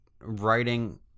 writing